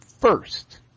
first